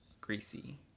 greasy